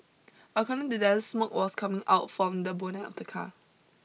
according to them smoke was coming out from the bonnet of the car